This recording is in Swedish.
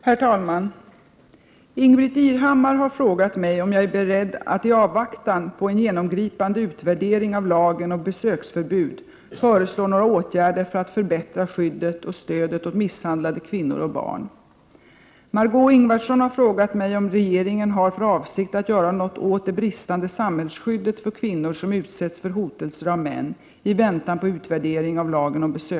Herr talman! Ingbritt Irhammar har frågat mig om jag är beredd att i avvaktan på en genomgripande utvärdering av lagen om besöksförbud föreslå några åtgärder för att förbättra skyddet och stödet åt misshandlade kvinnor och barn.